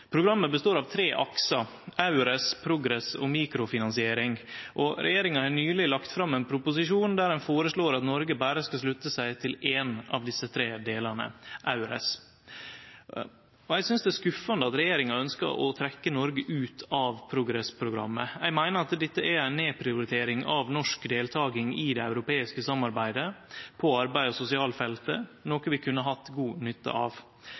Programmet består av tre aksar: EURES, PROGRESS og mikrofinansiering. Regjeringa har nyleg lagt fram ein proposisjon der ein foreslår at Noreg berre skal slutte seg til éin av desse tre delane, EURES, og eg synest det er skuffande at regjeringa ønskjer å trekkje Noreg ut av PROGRESS-programmet. Eg meiner at dette er ei nedprioritering av norsk deltaking i det europeiske samarbeidet på arbeids- og sosialfeltet, noko vi kunne hatt god nytte av,